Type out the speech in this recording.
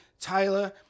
Tyler